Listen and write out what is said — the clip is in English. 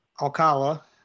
Alcala